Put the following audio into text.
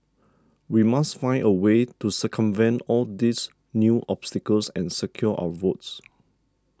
we must find a way to circumvent all these new obstacles and secure our votes